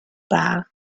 bar